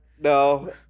No